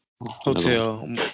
Hotel